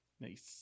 Nice